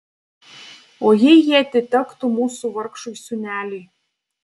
o jei jie atitektų mūsų vargšui sūneliui